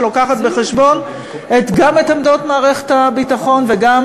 שמביאה בחשבון גם את עמדות מערכת הביטחון וגם